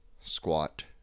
squat